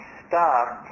stop